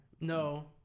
No